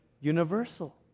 universal